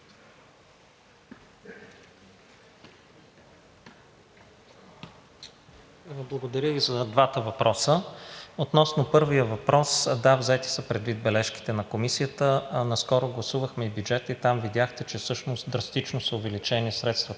Благодаря и за двата въпроса. Относно първия въпрос, да, взети са предвид бележките на Комисията. Наскоро гласувахме и бюджета, и там видяхте, че всъщност драстично са увеличени средствата